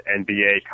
NBA